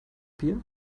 bier